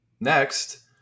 Next